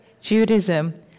Judaism